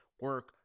Work